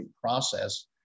process